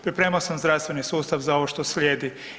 Pripremao sam zdravstveni sustav za ovo što slijedi.